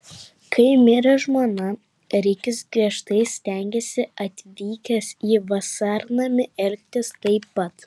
kai mirė žmona rikis griežtai stengėsi atvykęs į vasarnamį elgtis taip pat